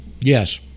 Yes